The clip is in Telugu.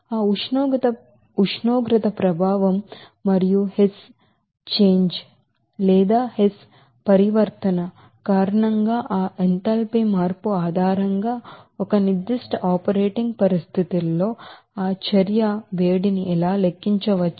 ఆ ఉష్ణోగ్రత ప్రభావం మరియు హెస్ ట్రాన్స్ఫర్మేషన్పరివర్తన కారణంగా ఆ ఎంథాల్పీ చేంజ్ ఆధారంగా ఒక నిర్దిష్ట ఆపరేటింగ్ పరిస్థితుల్లో ఆ హీట్ అఫ్ రియాక్షన్ ఎలా లెక్కించవచ్చు